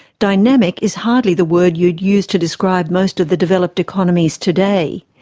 dynamic is hardly the word you'd use to describe most of the developed economies today.